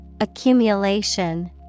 Accumulation